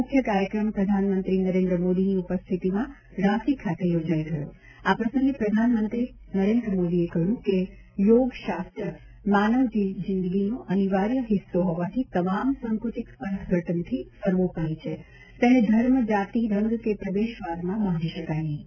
મુખ્ય કાર્યક્રમ પ્રધાનમંત્રી નરેન્દ્ર મોદીની ઉપસ્થિતિમાં રાંચી ખાતે યોજાઇ ગયો આ પ્રસંગે પ્રધાનમંત્રી નરેન્દ્ર મોદીએ કહ્યું છે કે યોગ શાસ્ત્ર માનવ જીંદગીનો અનિવાર્ય હિસ્સો હોવાથી તમામ સંક્રચિત અર્થઘટનથી સર્વોપરી છે તેને ધર્મ જાતિ રંગ કે પ્રદેશવાદમાં બાંધી શકાય નહીં